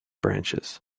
branches